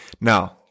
Now